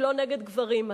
והיא לא נגד גברים,